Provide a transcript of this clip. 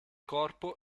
corpo